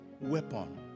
weapon